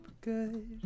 good